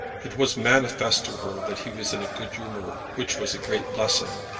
it was manifest to her that he was in a good humour, which was a great blessing.